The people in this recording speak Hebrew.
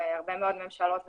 להרבה מאוד ממשלות ומדינות.